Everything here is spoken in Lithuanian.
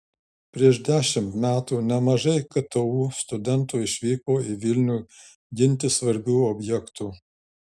prieš dešimt metų nemažai ktu studentų išvyko į vilnių ginti svarbių objektų